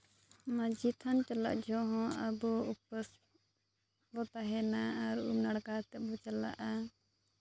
ᱢᱟᱺᱡᱷᱤ ᱛᱷᱟᱱ ᱪᱟᱞᱟᱜ ᱡᱚᱠᱷᱚᱱ ᱟᱵᱚ ᱩᱯᱟᱹᱥ ᱵᱚ ᱛᱟᱦᱮᱱᱟ ᱟᱨ ᱩᱢ ᱱᱟᱲᱠᱟ ᱠᱟᱛᱮᱫ ᱵᱚᱱ ᱪᱟᱞᱟᱜᱼᱟ